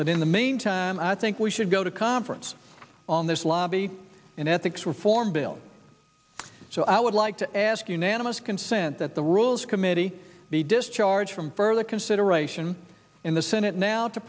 but in the meantime i think we should go to conference on this lobby and ethics reform bill so i would like to ask unanimous consent that the rules committee be discharged from further consideration in the senate now to